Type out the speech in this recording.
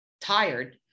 tired